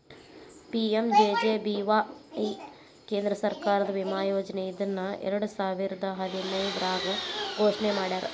PMJJBY ಕೇಂದ್ರ ಸರ್ಕಾರದ ವಿಮಾ ಯೋಜನೆ ಇದನ್ನ ಎರಡುಸಾವಿರದ್ ಹದಿನೈದ್ರಾಗ್ ಘೋಷಣೆ ಮಾಡ್ಯಾರ